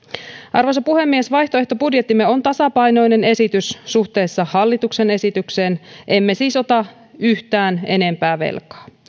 arvoisa puhemies vaihtoehtobudjettimme on tasapainoinen esitys suhteessa hallituksen esitykseen emme siis ota yhtään enempää velkaa